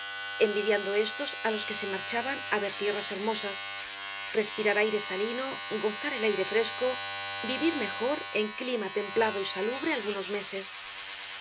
envidiando éstos á los que se marchaban á ver tierras hermosas respirar aire salino gozar el fresco vivir mejor en clima templado y salubre algunos meses